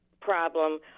problem